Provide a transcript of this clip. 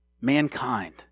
mankind